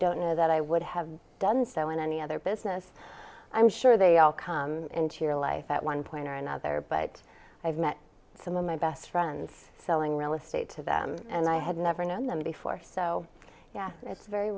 don't know that i would have done so in any other business i'm sure they all come into your life at one point or another but i've met some of my best friends selling real estate to them and i had never known them before so yeah it's very